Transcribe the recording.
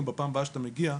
גם בפעם הבאה שאתה מגיע,